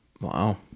Wow